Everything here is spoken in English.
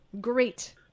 Great